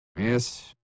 Yes